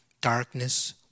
Darkness